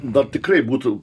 dar tikrai būtų